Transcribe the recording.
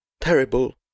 terrible